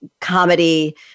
comedy